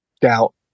doubt